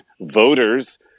voters